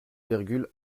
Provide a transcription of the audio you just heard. virgule